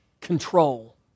control